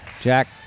Jack